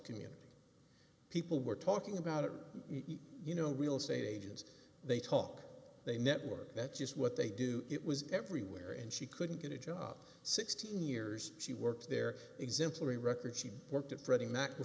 community people were talking about it you know real estate agents they talk they network that's just what they do it was everywhere and she couldn't get a job sixteen years she worked there exemplary record she worked at fre